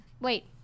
Wait